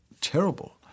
terrible